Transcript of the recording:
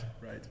right